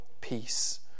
peace